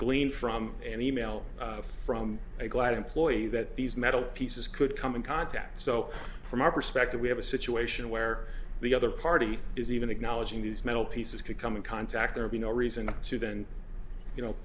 gleaned from an e mail from a glad employee that these metal pieces could come in contact so from our perspective we have a situation where the other party is even acknowledging these metal pieces could come in contact there be no reason to then you know